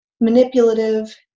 manipulative